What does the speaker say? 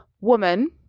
woman